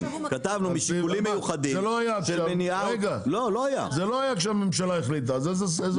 זה לא היה כשהממשלה החליטה.